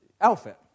outfit